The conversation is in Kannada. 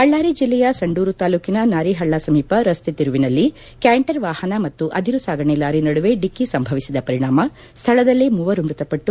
ಬಳ್ಳಾರಿ ಜಿಲ್ಲೆಯ ಸಂಡೂರು ತಾಲ್ಲೂಕಿನ ನಾರಿಹಳ್ಳ ಸಮೀಪ ರಸ್ತೆ ತಿರುವಿನಲ್ಲಿ ಕ್ಷಾಂಟರ್ ವಾಹನ ಮತ್ತು ಅದಿರು ಸಾಗಣೆ ಲಾರಿ ನಡುವೆ ಡಿಕ್ಕಿ ಸಂಭವಿಸಿದ ಪರಿಣಾಮ ಸ್ವಳದಲ್ಲೇ ಮೂವರು ಮ್ಯತಪಟ್ಲು